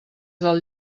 del